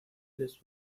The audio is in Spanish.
les